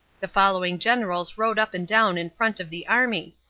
the following generals rode up and down in front of the army,